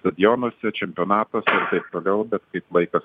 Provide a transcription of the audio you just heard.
stadionuose čempionatuose todėl bet kaip vaikas